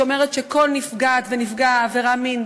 שאומרת שכל נפגעת ונפגע עבירת מין,